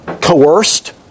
coerced